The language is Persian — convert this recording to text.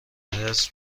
حرص